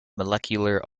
molecular